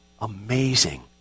amazing